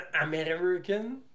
American